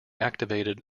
activated